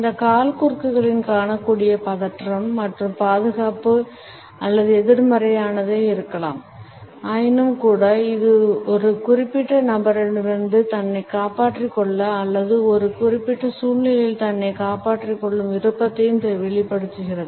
இந்த கால் குறுக்குகளில் காணக்கூடிய பதற்றம் மற்றும் பாதுகாப்பு அல்லது எதிர்மறையானதாக இருக்கலாம் ஆயினும்கூட அது ஒரு குறிப்பிட்ட நபரிடமிருந்து தன்னைக் காப்பாற்றிக் கொள்ள அல்லது ஒரு குறிப்பிட்ட சூழ்நிலையில் தன்னைக் காப்பாற்றிக் கொள்ளும் விருப்பத்தை வெளிப்படுத்துகிறது